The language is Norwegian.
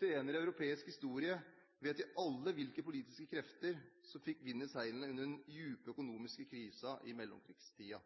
Senere i europeisk historie vet vi alle hvilke politiske krefter som fikk vind i seilene under den dype økonomiske krisen i mellomkrigstiden.